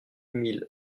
mille